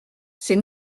ces